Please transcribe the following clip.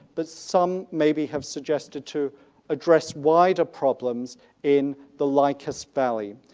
but some maybe have suggested to address wider problems in the lycus valley.